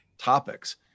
topics